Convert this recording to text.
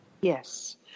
Yes